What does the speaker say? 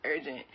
urgent